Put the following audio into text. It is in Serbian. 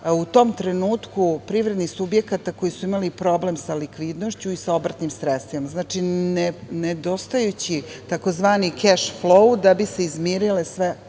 u tom trenutku privrednih subjekata koji su imali problem sa likvidnošću i sa obrtnim sredstvima. Znači, nedostajući tzv. cash flow da bi se izmirile sve